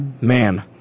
Man